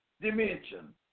dimension